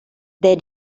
they